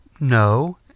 No